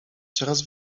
coraz